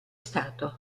stato